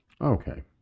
Okay